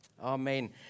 Amen